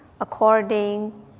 according